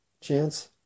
Chance